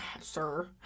Sir